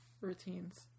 routines